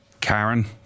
Karen